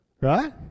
Right